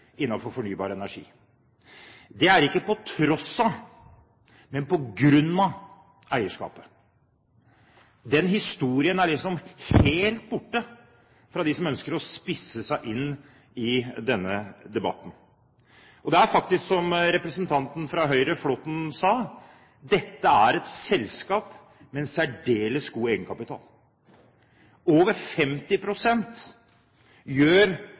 fornybar energi. Det er ikke på tross av, men på grunn av eierskapet. Den historien er helt borte for dem som ønsker å spisse seg inn i denne debatten. Det er faktisk slik som representanten fra Høyre, Flåtten, sa: Dette er et selskap med en særdeles god egenkapital, på over 50 pst. Det gjør